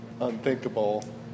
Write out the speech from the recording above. unthinkable